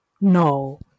No